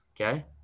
okay